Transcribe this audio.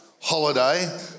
holiday